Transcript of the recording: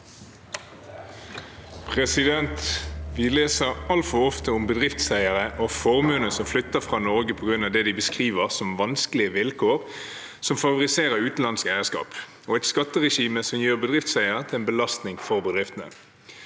«Vi leser alt- for ofte om bedriftseiere og formuende som flytter fra Norge på grunn av det de beskriver som vanskelige vilkår som favoriserer utenlandsk eierskap, og et skatteregime som gjør bedriftseiere til en belastning for bedriftene.